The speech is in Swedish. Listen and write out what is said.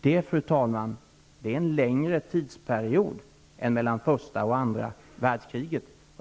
Det, fru talman, är en längre tidsperiod än mellan första och andra världskriget.